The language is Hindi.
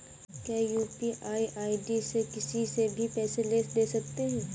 क्या यू.पी.आई आई.डी से किसी से भी पैसे ले दे सकते हैं?